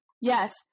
Yes